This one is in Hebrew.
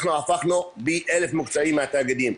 אנחנו הפכנו פי אלף מקצועיים מהתאגידים.